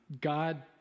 God